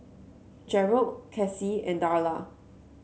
Gerald Kassie and Darla